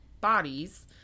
bodies